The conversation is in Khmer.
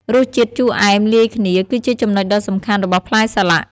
រសជាតិជូរអែមលាយគ្នា គឺជាចំណុចដ៏សំខាន់របស់ផ្លែសាឡាក់។